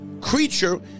creature